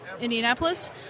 Indianapolis